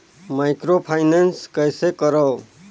Microfinance कइसे करव?